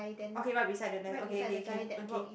okay right beside the guy okay okay can okay